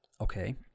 Okay